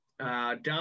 Down